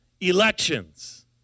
Elections